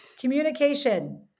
Communication